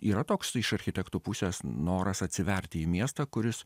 yra toks iš architektų pusės noras atsiverti į miestą kuris